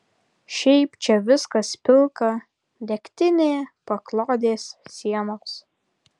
šiaip čia viskas pilka degtinė paklodės sienos